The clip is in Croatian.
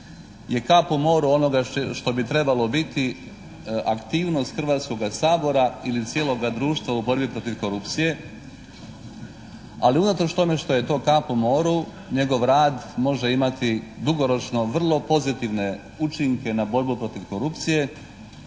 je kap u moru ono što bi trebalo biti aktivnost Hrvatskoga sabora ili cijeloga društva u borbi protiv korupcije ali unatoč tome što je to kap u moru njegov rad može imati dugoročno vrlo pozitivne učinke na borbu protiv korupcije